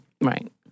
Right